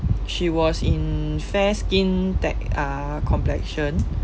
she was in fair skin tech~ uh complexion